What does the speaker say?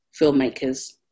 filmmakers